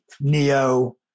neo